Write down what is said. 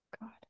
God